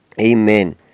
Amen